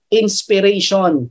inspiration